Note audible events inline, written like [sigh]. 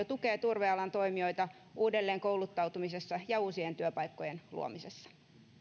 [unintelligible] tukee turvealan toimijoita uudelleenkouluttautumisessa ja uusien työpaikkojen luomisessa